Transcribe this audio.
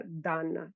done